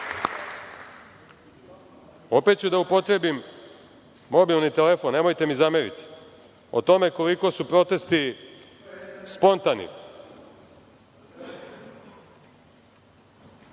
ću da upotrebim mobilni telefon, nemojte mi zameriti, o tome koliko su protesti spontani.(Zoran